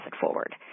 forward